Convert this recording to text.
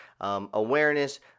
awareness